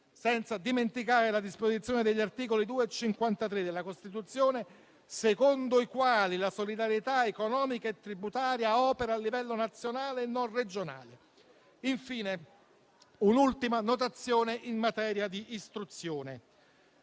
senza dimenticare la disposizione degli articoli 2 e 53 della Costituzione, secondo i quali la solidarietà economica e tributaria opera a livello nazionale e non regionale. Infine, un'ultima notazione in materia di istruzione.